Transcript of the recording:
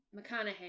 McConaughey